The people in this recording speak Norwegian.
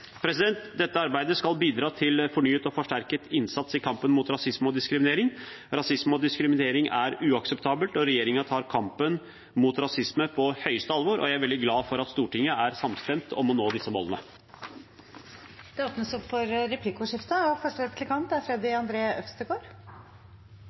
Dette arbeidet skal bidra til fornyet og forsterket innsats i kampen mot rasisme og diskriminering. Rasisme og diskriminering er uakseptabelt. Regjeringen tar kampen mot rasisme på høyeste alvor, og jeg er veldig glad for at Stortinget er samstemt om å nå disse målene. Det blir replikkordskifte.